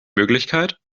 möglichkeit